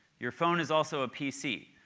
your phone is also a pc,